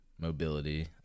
mobility